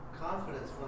confidence